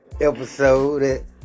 episode